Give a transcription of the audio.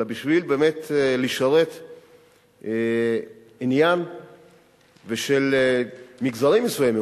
באמת בשביל לשרת עניין של מגזרים מסוימים,